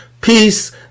peace